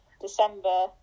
December